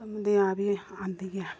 धमदेहां बी आंदे गै